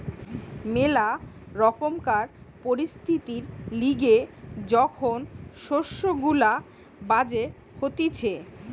ম্যালা রকমকার পরিস্থিতির লিগে যখন শস্য গুলা বাজে হতিছে